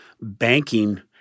banking